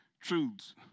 truths